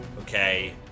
Okay